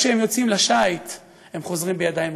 כשהם יוצאים לשיט הם חוזרים בידיים ריקות.